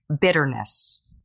bitterness